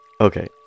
Okay